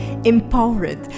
Empowered